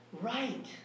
Right